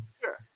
sure